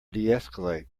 deescalate